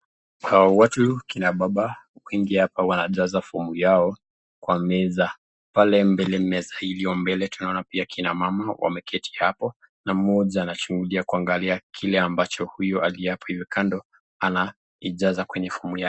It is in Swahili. Hawa watu kina baba kuingia hapa wanajaza fomu yao kwa meza. Pale mbele meza iliyo mbele tunaona pia kina mama wameketi hapo na mmoja anachungulia kuangalia kile ambacho huyo aliye hapo hivi kando anaijaza kwenye fomu.